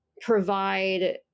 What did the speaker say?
provide